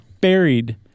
buried